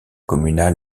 communal